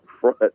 front